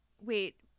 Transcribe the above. Wait